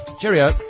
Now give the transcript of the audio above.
Cheerio